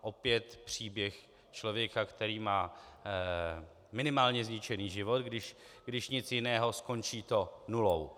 Opět příběh člověka, který má minimálně zničený život, když nic jiného, skončí to nulou.